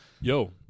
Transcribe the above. Yo